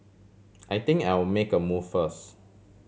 I think I'll make a move first